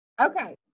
Okay